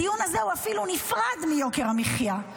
הדיון הזה הוא אפילו נפרד מיוקר המחיה.